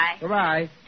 Goodbye